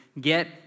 get